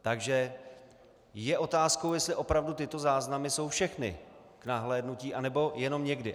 Takže je otázkou, jestli opravdu tyto záznamy jsou všechny k nahlédnutí, anebo jenom někdy.